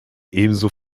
ebenso